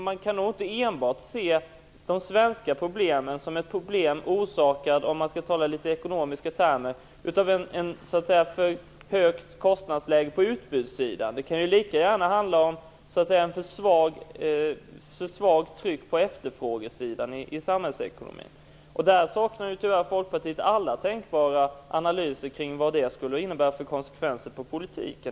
Man kan nog inte enbart se de svenska problemen som orsakade, om man skall tala i ekonomiska termer, av ett för högt kostnadsläge på utbudssidan. Det kan ju lika gärna handla om för svagt tryck på efterfrågesidan i samhällsekonomin. Där saknar ju tyvärr Folkpartiet alla tänkbara analyser av vilka konsekvenser det skulle innebära för politiken.